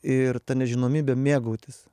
ir ta nežinomybe mėgautis